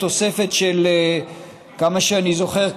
עד כמה שאני זוכר,